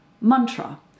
mantra